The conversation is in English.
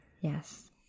Yes